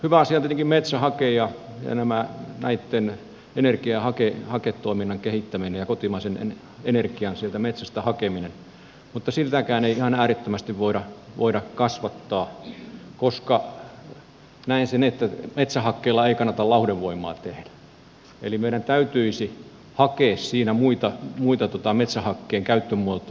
hyvä asia on tietenkin metsähake ja nämä energiahaketoiminnan kehittäminen ja kotimaisen energian metsästä hakeminen mutta sitäkään ei ihan äärettömästi voida kasvattaa koska näen sen että metsähakkeella ei kannata lauhdevoimaa tehdä eli meidän täytyisi hakea siinä muita metsähakkeen käyttömuotoja